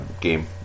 game